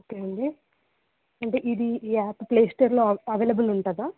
okay అండి అంటే ఇది ఈ యాప్ ప్లే స్టోర్లో అవైలబుల్ ఉంటుందా